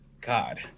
God